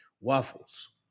waffles